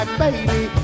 baby